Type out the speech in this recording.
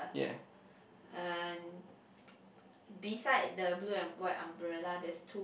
yeah